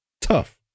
tough